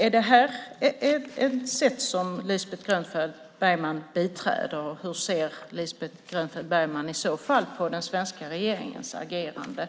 Är det här något som Lisbeth Grönfeldt Bergman biträder? Hur ser Lisbeth Grönfeldt Bergman i så fall på den svenska regeringens agerande